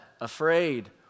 afraid